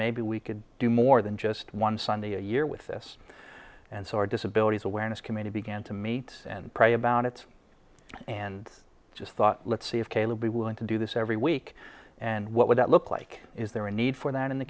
maybe we could do more than just one sunday a year with this and so our disability awareness committee began to meet and pray about it and just thought let's see if kayla be willing to do this every week and what would that look like is there a need for that in the